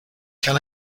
can